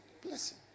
Blessing